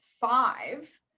Five